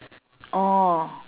orh